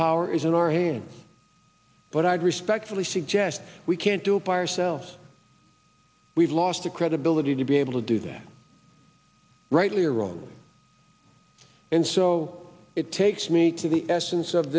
power is in our hands but i'd respectfully suggest we can't do it by or selves we've lost the credibility to be able to do that rightly or wrongly and so it takes me to the essence of